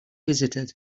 visited